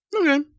Okay